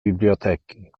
biblioteki